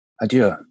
Adieu